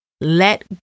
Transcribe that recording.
Let